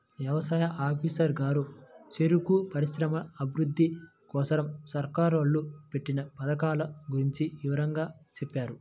యవసాయ ఆఫీసరు గారు చెరుకు పరిశ్రమల అభిరుద్ధి కోసరం సర్కారోళ్ళు పెట్టిన పథకాల గురించి వివరంగా చెప్పారు